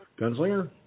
Gunslinger